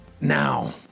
now